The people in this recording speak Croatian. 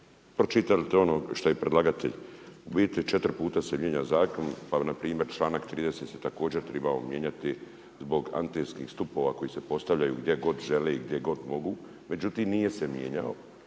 pročitali ste ono što je predlagatelj u biti četiri puta se mijenja zakon, ali npr. članak 30. se također trebao mijenjati zbog antenskih stupova koji se postavljaju gdje god žele i gdje god mogu. Međutim nije se mijenjao